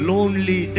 Lonely